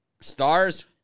Stars